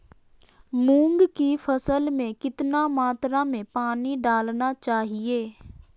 मूंग की फसल में कितना मात्रा में पानी डालना चाहिए?